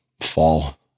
fall